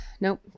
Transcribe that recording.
Nope